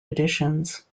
editions